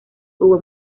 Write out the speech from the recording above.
hubo